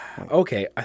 okay